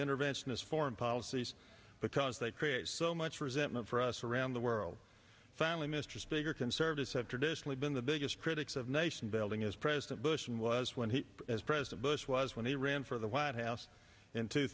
interventionist foreign policies because they create so much resentment for us around the world finally mr speaker conservatives have traditionally been the biggest critics of nation building as president bush was when he as president bush was when he ran for the white house in two